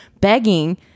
begging